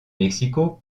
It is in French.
mexico